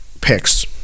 picks